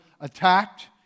attacked